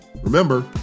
remember